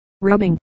rubbing